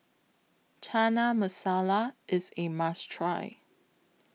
Chana Masala IS A must Try